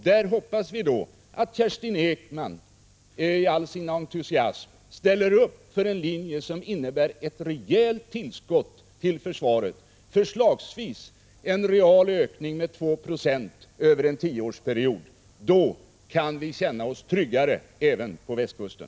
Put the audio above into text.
Då hoppas vi att Kerstin Ekman med all sin entusiasm ställer upp för en linje som innebär ett rejält tillskott till försvaret, förslagsvis en real ökning med 2 Yo över en tioårsperiod. Då kan vi känna oss tryggare även på västkusten.